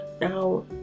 now